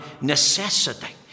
necessity